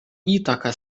įtaką